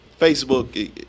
Facebook